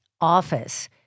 Office